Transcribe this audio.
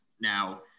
Now